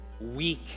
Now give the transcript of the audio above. weak